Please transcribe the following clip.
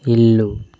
ఇల్లు